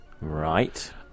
Right